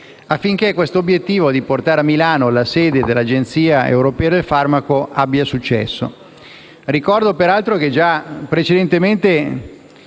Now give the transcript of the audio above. affinché l'obiettivo di portare a Milano la sede dell'agenzia europea del farmaco abbia successo. Ricordo peraltro che ad un precedente disegno